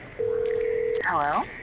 Hello